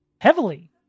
Heavily